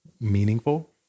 meaningful